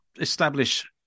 establish